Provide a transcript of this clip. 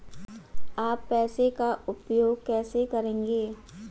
आप पैसे का उपयोग कैसे करेंगे?